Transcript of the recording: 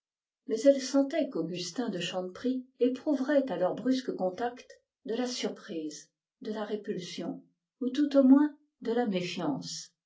mais elle sentait qu'augustin de chanteprie éprouverait à leur contact de la répulsion ou tout au moins de la méfiance